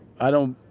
i don't,